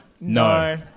No